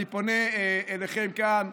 אני פונה אליכם כאן,